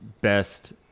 best